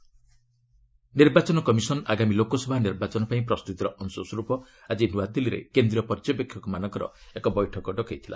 EC meet ନିର୍ବାଚନ commission ଆଗାମୀ ଲୋକସଭା ନିର୍ବାଚନ ପାଇଁ ପ୍ରସ୍ତୁତିର ଅଂଶସ୍ୱରୂପ ଆଜି ନୂଆଦିଲ୍ଲୀରେ କେନ୍ଦ୍ରୀୟ ପର୍ଯ୍ୟବେକ୍ଷକମାନଙ୍କର ଏକ ବୈଠକ ଡକାଇଥିଲା